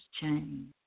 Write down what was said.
change